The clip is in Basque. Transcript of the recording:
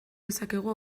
dezakegu